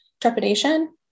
trepidation